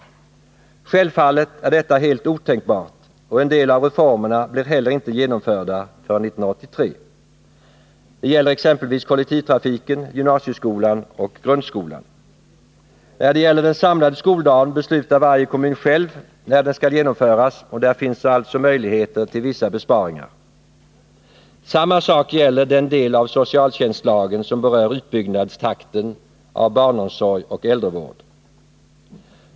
Självfallet är detta helt otänkbart, och en del av reformerna blir inte heller genomförda förrän 1983. Det gäller exempelvis kollektivtrafiken, gymnasieskolan och grundskolan. När det gäller den samlade skoldagen beslutar varje kommun själv när den skall genomföras, och där finns alltså möjligheter till vissa besparingar. Samma sak gäller den del av socialtjänstlagen som berör utbyggnadstakten av barnomsorg och äldrevård.